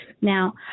Now